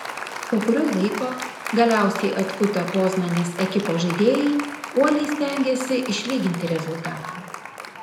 po kurio laiko galiausiai atkutę poznanės ekipos žaidėjai uoliai stengėsi išlyginti rezultatą